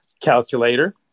Calculator